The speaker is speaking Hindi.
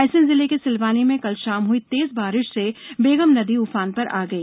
रायसेन जिले के सिलवानी में कल शाम हई तेज बारिश से बेगम नदी ऊफान पर आ गई